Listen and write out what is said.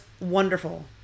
wonderful